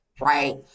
right